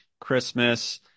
Christmas